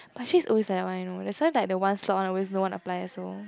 but actually it's always like that one you know that's why the one slot one always no one apply also